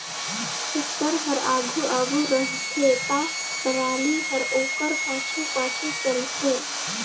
tractor हर आघु आघु रहथे ता टराली हर ओकर पाछू पाछु चलथे